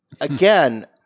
Again